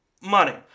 money